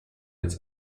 its